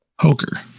Hoker